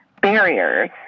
barriers